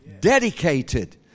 Dedicated